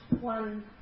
one